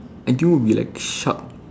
I think it will be like shark